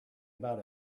about